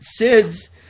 SIDS